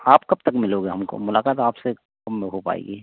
आप कब तक मिलोगे हमको मुलाकात आपसे कब में हो पाएगी